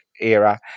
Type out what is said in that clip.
era